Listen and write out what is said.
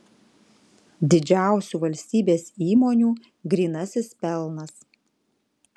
didžiausių valstybės įmonių grynasis pelnas